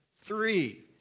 Three